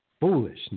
foolishness